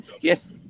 yes